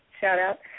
shout-out